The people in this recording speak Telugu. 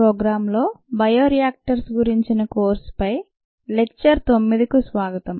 క్టర్ల గురించిన కోర్సు పై లెక్చర్ 9కు స్వాగతం